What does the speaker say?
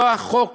אותו החוק